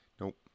Nope